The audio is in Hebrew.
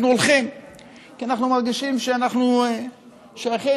אנחנו הולכים כי אנחנו מרגישים שאנחנו שייכים,